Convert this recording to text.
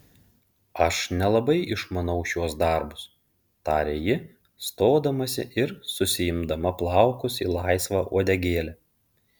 aš nelabai išmanau šiuos darbus tarė ji stodamasi ir susiimdama plaukus į laisvą uodegėlę